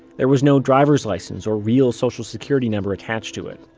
there was no driver license or real social security number attached to it.